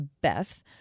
Beth